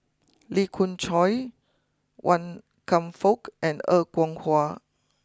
Lee Khoon Choy Wan Kam Fook and Er Kwong Wah